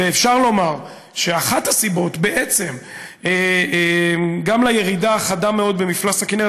ואפשר לומר שאחת הסיבות בעצם גם לירידה החדה מאוד במפלס הכינרת,